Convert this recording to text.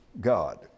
God